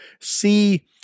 see